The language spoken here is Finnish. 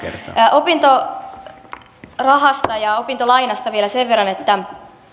opintorahasta ja opintolainasta vielä sen verran että